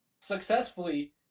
successfully